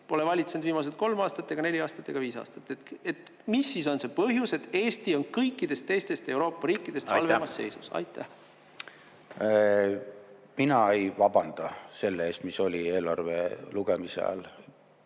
pole valitsenud viimased kolm aastat ega neli aastat ega viis aastat. Mis siis on see põhjus, et Eesti on kõikidest teistest Euroopa riikidest halvemas seisus? Mina ei vabanda selle eest, mis oli eelarve lugemise ajal.